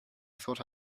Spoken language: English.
thought